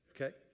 Okay